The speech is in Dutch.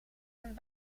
een